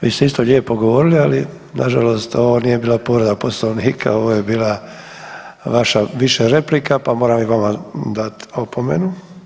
Vi ste isto lijepo govorili, ali nažalost ovo nije bila povreda poslovnika, ovo je bila vaša više replika pa moram i vama dati opomenu.